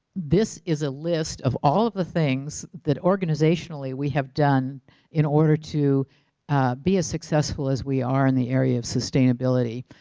this is a list of all of the things that organizationally we have done in order to be as successful as we are in the area of sustainability.